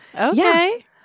Okay